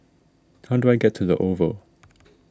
how do I get to the Oval